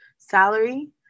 salary